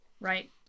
Right